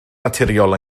naturiol